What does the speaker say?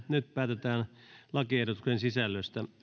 nyt päätetään lakiehdotusten sisällöstä